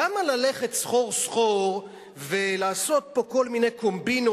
למה ללכת סחור-סחור ולעשות פה כל מיני קומבינות?